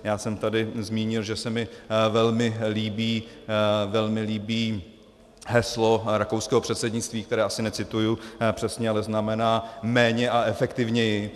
Já jsem tady zmínil, že se mi velmi líbí heslo rakouského předsednictví, které asi necituji přesně, ale znamená méně a efektivněji.